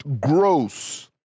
gross